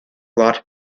lot